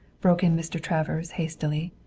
broke in mr. travers hastily.